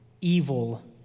evil